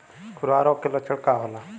खुरहा रोग के लक्षण का होला?